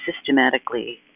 systematically